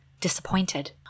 disappointed